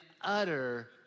utter